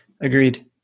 agreed